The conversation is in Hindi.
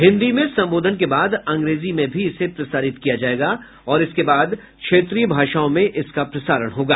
हिन्दी में संबोधन के बाद अंग्रेजी में भी इसे प्रसारित किया जायेगा और इसके बाद क्षेत्रीय भाषाओं में इसका प्रसारण होगा